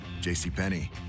JCPenney